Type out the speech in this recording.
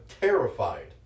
terrified